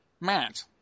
Matt